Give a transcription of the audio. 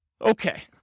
Okay